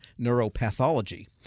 neuropathology